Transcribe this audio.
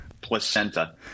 placenta